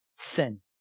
Sin